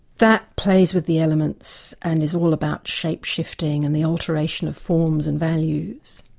that plays with the elements and is all about shape-shifting and the alteration of forms and values.